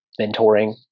mentoring